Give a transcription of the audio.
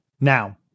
Now